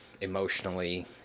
emotionally